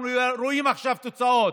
אז למה לא הורדתם את הוודקה?